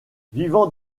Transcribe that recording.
vivant